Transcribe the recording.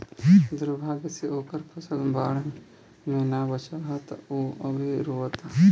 दुर्भाग्य से ओकर फसल बाढ़ में ना बाचल ह त उ अभी रोओता